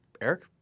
Eric